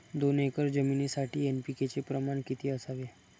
दोन एकर जमीनीसाठी एन.पी.के चे प्रमाण किती असावे?